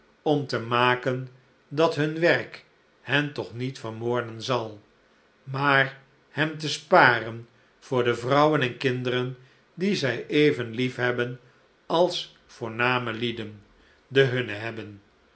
om te maken dat hun werk hen toch niet vermoorden zal maar hen te sparen voor de vrouwen en kinderen die zij even liefhebben als voorname lieden de hunne hebben